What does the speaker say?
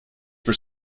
for